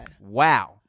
wow